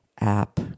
app